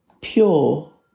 pure